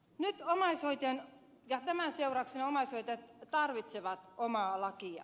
nyt tämän seurauksena omaishoitajat tarvitsevat omaa lakia